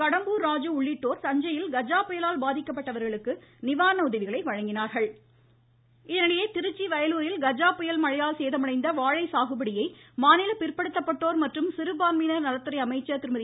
கடம்பூர் ராஜ் உள்ளிட்டோர் தஞ்சையில் கஜா புயலால் பாதிக்கப்பட்டவர்களுக்கு நிவாரண உதவிகளை கஜா புயல் திருச்சி அமைச்சர் இதனிடையே திருச்சி வயலூரில் கஜா புயல் மழையால் சேதமடைந்த வாழை சாகுபடியை மாநில பிற்படுத்தப்பட்டோர் மற்றும் சிறுபான்மையினர் நலத்துறை அமைச்சர் திருமதி